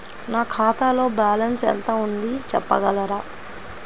నా ఖాతాలో బ్యాలన్స్ ఎంత ఉంది చెప్పగలరా?